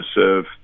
serve